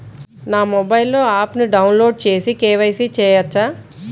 నా మొబైల్లో ఆప్ను డౌన్లోడ్ చేసి కే.వై.సి చేయచ్చా?